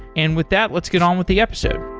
and with that, let's get on with the episode.